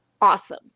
awesome